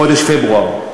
מחודש פברואר.